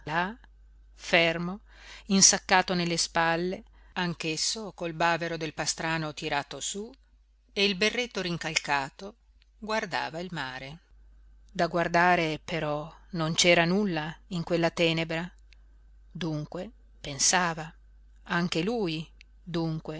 fermo insaccato nelle spalle anch'esso col bavero del pastrano tirato su e il berretto rincalcato guardava il mare da guardare però non c'era nulla in quella tenebra dunque pensava anche lui dunque